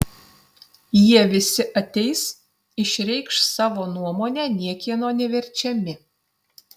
jie visi ateis išreikš savo nuomonę niekieno neverčiami